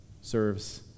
serves